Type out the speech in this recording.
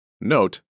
Note